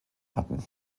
hatten